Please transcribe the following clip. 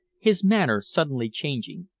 his manner suddenly changing.